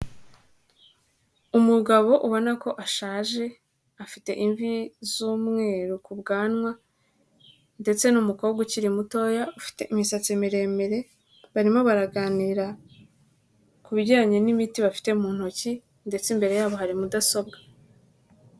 Umugabo ubona ko ashaje afite imvi z'umweru ku bwanwa ndetse n'umukobwa ukiri mutoya ufite imisatsi miremire, barimo baraganira ku bijyanye n'imiti bafite mu ntoki, ndetse imbere yabo hari mudasobwa.